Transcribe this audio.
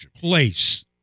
place